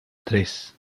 tres